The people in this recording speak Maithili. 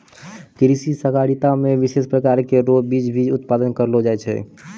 कृषि सहकारिता मे विशेष प्रकार रो बीज भी उत्पादन करलो जाय छै